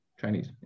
Chinese